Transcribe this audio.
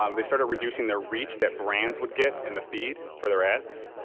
um they started reducing their reach that brands would get in the feed for their ads.